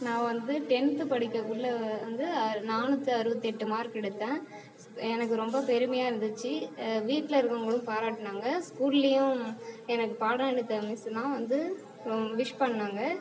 நான் வந்து டென்த்து படிக்கக்குள்ள வந்து அ நானூற்றி அறுபத்தெஎட்டு மார்க் எடுத்தேன் எனக்கு ரொம்ப பெருமையாக இருந்துச்சு வீட்டில் இருக்கிறவங்களும் பாராட்டுனாங்க ஸ்கூல்லியும் எனக்கு பாடம் எடுத்த மிஸ்ஸெலாம் வந்து ரொ விஷ் பண்ணாங்க